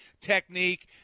technique